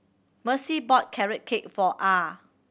Mercy bought Carrot Cake for Ah